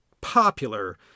popular